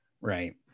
Right